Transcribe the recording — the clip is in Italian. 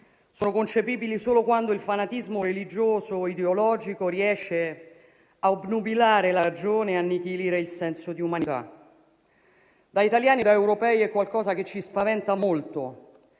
sono concepibili solo quando il fanatismo religioso o ideologico riesce a obnubilare la ragione e annichilire il senso di umanità. Da italiani e da europei è qualcosa che ci spaventa molto,